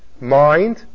mind